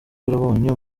yarabonye